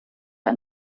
ein